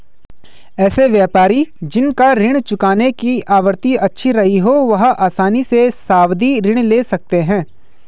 ऐसे व्यापारी जिन का ऋण चुकाने की आवृत्ति अच्छी रही हो वह आसानी से सावधि ऋण ले सकते हैं